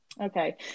Okay